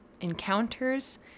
encounters